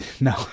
No